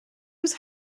was